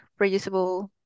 reusable